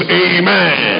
amen